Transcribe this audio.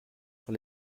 sur